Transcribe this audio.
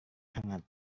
hangat